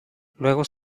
luego